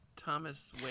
Thomas